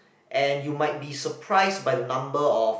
and you might be surprised by the number of